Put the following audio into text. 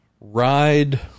ride